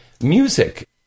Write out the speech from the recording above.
music